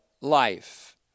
life